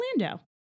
Orlando